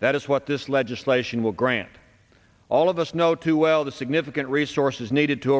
that is what this legislation will grant all of us know too well the significant resources needed to